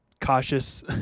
cautious